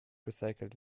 recycelt